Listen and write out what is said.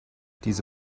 diese